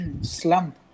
Slump